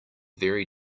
very